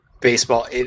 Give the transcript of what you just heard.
baseball